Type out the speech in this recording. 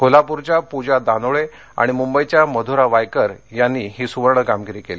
कोल्हापुरच्या पूजा दानोळे आणि मुंबईच्या मधूरा वायकर यांनी ही सुवर्ण कामगिरी केली